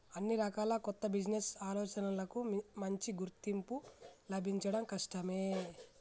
అన్ని రకాల కొత్త బిజినెస్ ఆలోచనలకూ మంచి గుర్తింపు లభించడం కష్టమే